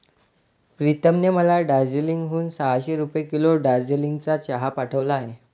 प्रीतमने मला दार्जिलिंग हून सहाशे रुपये किलो दार्जिलिंगचा चहा पाठवला आहे